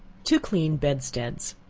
to clean bedsteads.